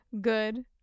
good